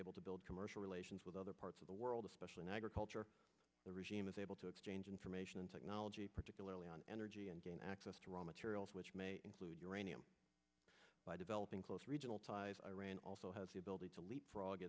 able to build commercial relations with other parts of the world especially in agriculture the regime is able to exchange information technology particularly on energy and gain access to raw materials which may include uranium by developing close regional ties iran also has the ability to leapfrog